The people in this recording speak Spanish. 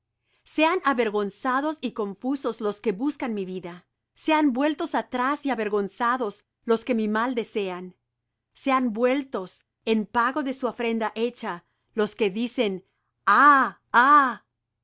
sean avergonzados y confusos los que buscan mi vida sean vueltos atrás y avergonzados los que mi mal desean sean vueltos en pago de su afrenta hecha los que dicen ah ah